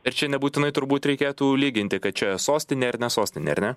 ir čia nebūtinai turbūt reikėtų lyginti kad čia sostinė ar ne sostinė ar ne